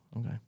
okay